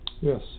Yes